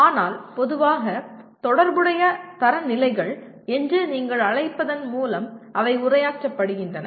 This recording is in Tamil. ஆனால் பொதுவாக தொடர்புடைய தரநிலைகள் என்று நீங்கள் அழைப்பதன் மூலம் அவை உரையாற்றப்படுகின்றன